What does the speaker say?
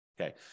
Okay